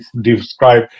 describe